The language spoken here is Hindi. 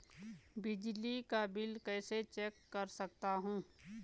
बिजली का बिल कैसे चेक कर सकता हूँ?